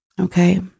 okay